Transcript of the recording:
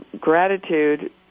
gratitude